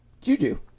Juju